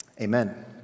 amen